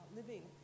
living